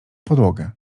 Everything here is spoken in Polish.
podłogę